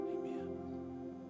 Amen